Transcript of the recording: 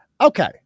Okay